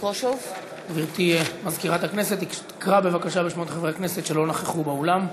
גברתי מזכירת הכנסת תקרא בבקשה בשמות חברי הכנסת שלא נכחו באולם.